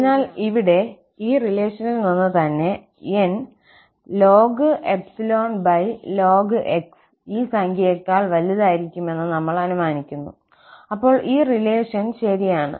അതിനാൽ ഇവിടെ ഈ റിലേഷനിൽ നിന്ന് തന്നെ n x ഈ സംഖ്യയേക്കാൾ വലുതായിരിക്കുമെന്ന് നമ്മൾ അനുമാനിക്കുന്നു അപ്പോൾ ഈ റിലേഷൻ ശരിയാണ്